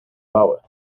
bouwen